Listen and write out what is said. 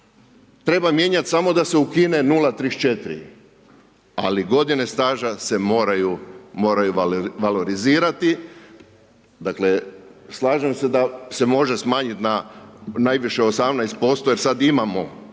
treba mijenjati samo da se ukine 034, ali godine staža se moraju valorizirati, dakle, slažem se da se može smanjiti na najviše 18% jer sada imamo